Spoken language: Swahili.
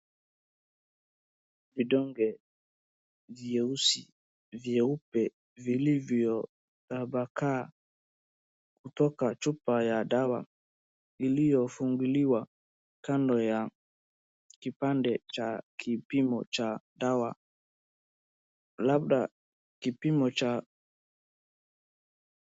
Vidonge vyeusi vyeupe vilivyo tapakaa kutoka chupa ya dawa iliyofunguliwa kando ya kipande cha kipimo cha dawa, labda kipimo cha.